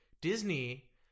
Disney